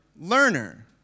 learner